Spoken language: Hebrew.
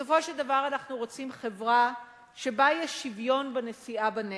בסופו של דבר אנחנו רוצים חברה שבה יש שוויון בנשיאה בנטל.